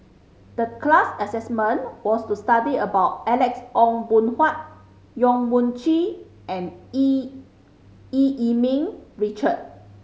the class assignment was to study about Alex Ong Boon Hau Yong Mun Chee and Eu Eu Yee Ming Richard